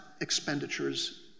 expenditures